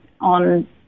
on